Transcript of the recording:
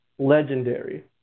legendary